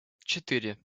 четыре